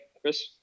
Chris